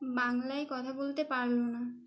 বাংলায় কথা বলতে পারল না